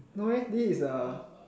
no leh this is the